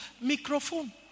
microphone